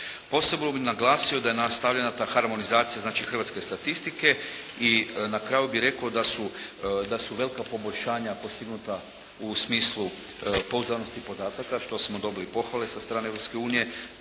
Posebno bih naglasio da je nastavljena ta harmonizacija znači hrvatske statistike i na kraju bih rek'o da su velika poboljšanja postignuta u smislu pouzdanosti podataka što smo dobili pohvale sa strane